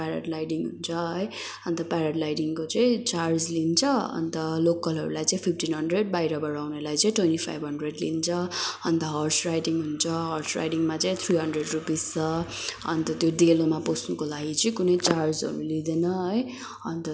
paragliding हुन्छ है अन्त प्याराग्लाइडिङको चाहिँ चार्ज लिन्छ अन्त लोकलहरूलाई चाहिँ फिफ्टिन हन्ड्रेड बाहिरबाट आउनेलाई चाहिँ ट्वेन्टी फाइभ हन्ड्रेड लिन्छ अन्त हर्स राइडिङ हुन्छ हर्स राइडिङमा चाहिँ थ्री हन्ड्रेड रुपिज छ अन्त त्यो डेलोमा पस्नुको लागि चाहिँ कुनै चार्जहरू लिँदैन है अन्त